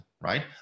Right